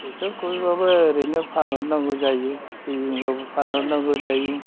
बेसर खुबैब्लाबो ओरैनो फानहरनांगौ जायो सिबिंब्लाबो फानहरनांगौ जायो